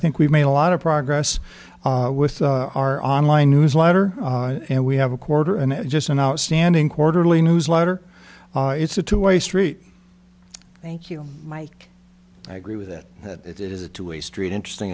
think we've made a lot of progress with our online newsletter and we have a quarter and it's just an outstanding quarterly newsletter it's a two way street thank you mike i agree with that that it is a two way street interesting